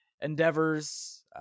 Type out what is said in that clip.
endeavors